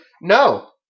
No